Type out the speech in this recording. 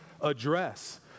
address